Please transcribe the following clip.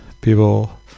People